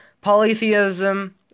polytheism